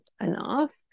enough